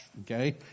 okay